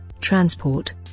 transport